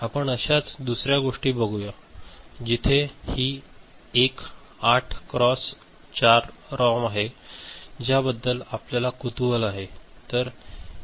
आपण अशाच दुसर्या गोष्टी बघूया जिथे ही एक 8 क्रॉस 4 रॉम आहे ज्या बद्दल आपल्याला कुतूहल आहे